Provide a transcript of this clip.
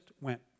went